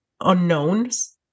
unknowns